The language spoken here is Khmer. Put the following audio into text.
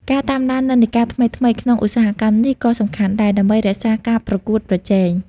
ការតាមដាននិន្នាការថ្មីៗ ក្នុងឧស្សាហកម្មនេះក៏សំខាន់ដែរ ដើម្បីរក្សាការប្រកួតប្រជែង។